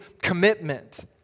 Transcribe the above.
commitment